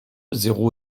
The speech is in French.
zéro